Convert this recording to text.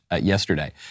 yesterday